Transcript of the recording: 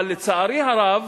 אבל לצערי הרב,